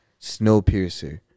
Snowpiercer